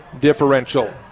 differential